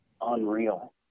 unreal